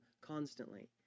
constantly